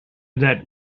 that